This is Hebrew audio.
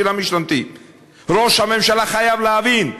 המשתמטים"; "ראש הממשלה חייב להבין,